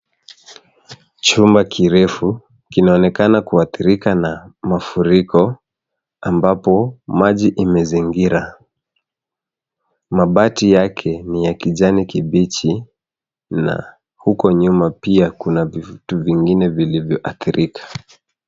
Chumba kirefu kinaonekana kuathirika na mafuriko ambapo maji imezingira. Mabati yake ni ya kijani kibichi na huko nyuma pia kuna vitu vingine vilivyo athirika.